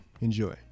enjoy